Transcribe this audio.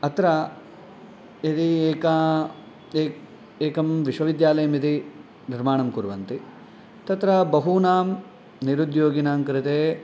अत्र यदि एका ए एकं विश्वविद्यालयं यदि निर्माणं कुर्वन्ति तत्र बहूनां निरुद्योगिनां कृते